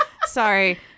Sorry